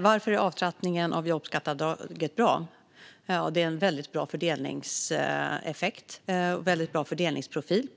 Varför är avtrappningen av jobbskatteavdraget bra? Det har en väldigt bra fördelningseffekt, och förslaget har en väldigt bra fördelningsprofil.